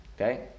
Okay